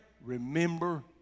remember